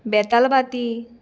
बेतालबातीं